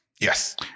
Yes